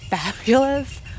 fabulous